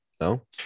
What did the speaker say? No